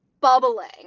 bubbling